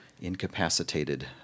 incapacitated